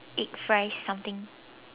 egg fries something